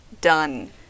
done